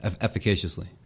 efficaciously